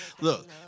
look